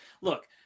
look